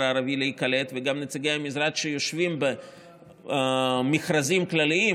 הערבי להיקלט וגם נציגי המשרד שיושבים במכרזים כלליים,